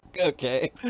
okay